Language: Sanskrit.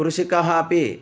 कृषकाः अपि